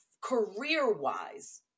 career-wise